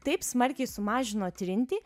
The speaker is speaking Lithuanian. taip smarkiai sumažino trintį